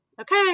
okay